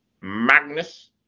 Magnus